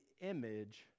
image